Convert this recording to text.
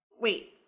Wait